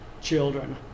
children